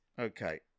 Okay